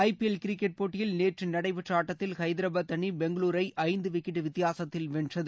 ஐ P L cricket போட்டியில் நேற்று நடைபெற்ற ஆட்டத்தில் ஹைதரபாத் அணி பெங்களுரை ஐந்து விக்கெட் வித்தியாசத்தில் வென்றது